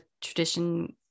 tradition